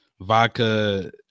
vodka